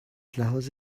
لحاظ